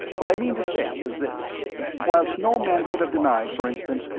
what i mean to say is this whilst no man could have denied, for instance,